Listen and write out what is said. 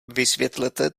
vysvětlete